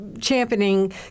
championing